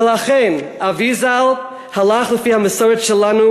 ולכן, אבי ז"ל הלך לפי המסורת שלנו,